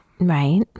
Right